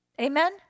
Amen